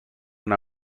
una